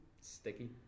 sticky